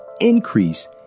increase